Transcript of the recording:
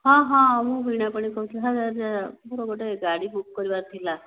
ହଁ ହଁ ମୁଁ ବୀଣାପାଣି କହୁଥିଲି ମୋର ଗୋଟେ ଗାଡ଼ି ବୁକ୍ କରିବାର ଥିଲା